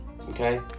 Okay